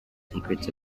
secrets